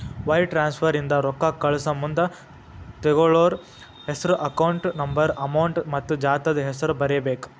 wire transfer ಇಂದ ರೊಕ್ಕಾ ಕಳಸಮುಂದ ತೊಗೋಳ್ಳೋರ್ ಹೆಸ್ರು ಅಕೌಂಟ್ ನಂಬರ್ ಅಮೌಂಟ್ ಮತ್ತ ಜಾಗದ್ ಹೆಸರ ಬರೇಬೇಕ್